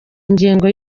ingengo